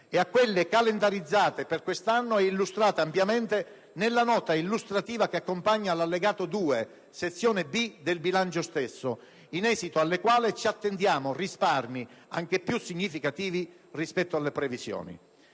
e a quelle calendarizzate per questo anno e illustrate ampiamente nella nota illustrativa che accompagna l'allegato n. 2, sez. *b)*, del bilancio stesso, in esito alle quali ci attendiamo risparmi anche più significativi rispetto alle previsioni.